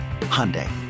Hyundai